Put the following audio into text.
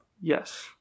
yes